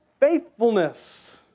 Faithfulness